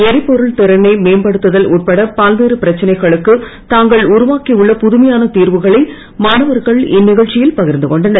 எரிபொருள் திறனை மேம்படுத்துதல் உட்பட பல்வேறு பிரச்சனைகளுக்கு தாங்கள் உருவாக்கியுள்ள புதுமையான தீர்வுகளை மாணவர்கள் இந்நிகழ்ச்சியில் பகிர்ந்துகொண்டனர்